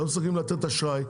לא מסוגלות לתת אשראי,